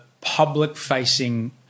public-facing